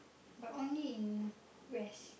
but only in west